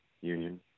Union